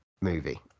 movie